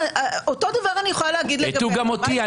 אותו דבר אני יכולה להגיד לגבי --- הטעו גם אותי.